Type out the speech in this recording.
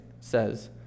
says